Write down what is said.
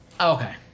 Okay